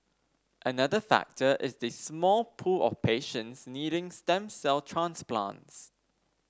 another factor is the small pool of patients needing stem cell transplants